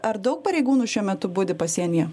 ar daug pareigūnų šiuo metu budi pasienyje